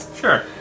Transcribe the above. sure